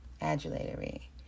Adulatory